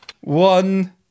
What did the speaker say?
one